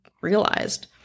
realized